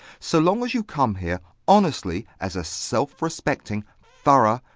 so long as you come here honestly as a self-respecting, thorough,